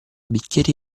bicchieri